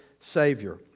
Savior